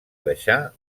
deixar